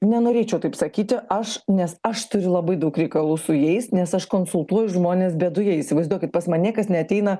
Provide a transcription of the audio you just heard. nenorėčiau taip sakyti aš nes aš turiu labai daug reikalų su jais nes aš konsultuoju žmones bėdoje įsivaizduokit pas ma niekas neateina